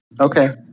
Okay